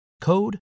code